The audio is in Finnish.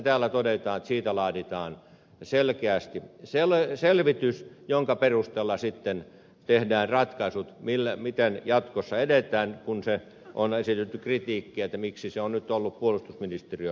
täällä todetaan että siitä laaditaan selkeästi selvitys jonka perusteella sitten tehdään ratkaisut siitä miten jatkossa edetään kun on esitetty kritiikkiä miksi se on nyt ollut puolustusministeriövetoista